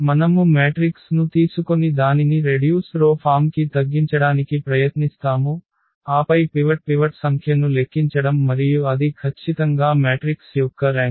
మనము మ్యాట్రిక్స్ ను తీసుకొని దానిని రెడ్యూస్డ్ రో ఫామ్ కి తగ్గించడానికి ప్రయత్నిస్తాము ఆపై పివట్ సంఖ్యను లెక్కించడం మరియు అది ఖచ్చితంగా మ్యాట్రిక్స్ యొక్క ర్యాంక్